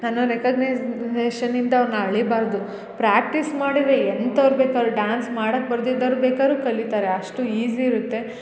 ಅನ್ನ ರೆಕಗ್ನೈಜ್ನೇಷನಿಂದ ಅವ್ರನ್ನ ಅಳಿಬಾರದು ಪ್ರಾಟಿಸ್ ಮಾಡಿದರೆ ಎಂಥವ್ರು ಬೇಕಾದರು ಡಾನ್ಸ್ ಮಾಡಕ್ಕೆ ಬರ್ದೆ ಇದ್ದವ್ರು ಬೇಕಾರು ಕಲಿತಾರೆ ಅಷ್ಟು ಈಜಿ ಇರುತ್ತೆ